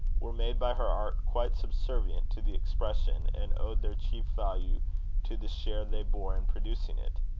were made by her art quite subservient to the expression, and owed their chief value to the share they bore in producing it.